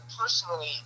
personally